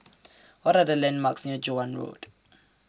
What Are The landmarks near Joan Road